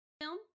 film